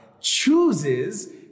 chooses